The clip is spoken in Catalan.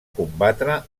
combatre